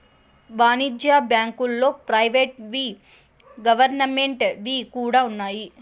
వాణిజ్య బ్యాంకుల్లో ప్రైవేట్ వి గవర్నమెంట్ వి కూడా ఉన్నాయి